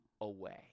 away